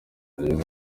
yagize